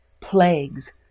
Plagues